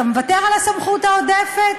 אתה מוותר על הסמכות העודפת,